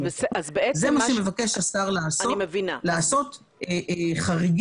זה מה שמבקש השר לעשות לעשות חריגים,